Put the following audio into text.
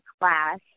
class